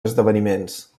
esdeveniments